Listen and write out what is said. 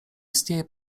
istnieje